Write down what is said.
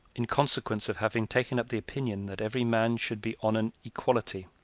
in consequence of having taken up the opinion that every man should be on an equality,